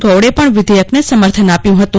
ગૌડે પણ વિધેયકને સમર્થન આપ્યું હતું